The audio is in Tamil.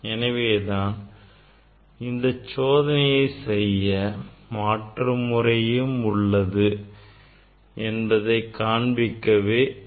எனவேதான் இந்த சோதனையை செய்ய மாற்று முறையும் உள்ளது என்பதை காண்பிக்கவே இந்த முறையில் காண்பித்தேன்